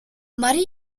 generally